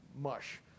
mush